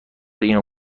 اینو